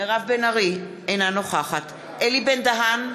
אינה נוכחת אלי בן-דהן,